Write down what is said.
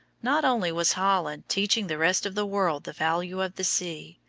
not only was holland teaching the rest of the world the value of the sea,